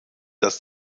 das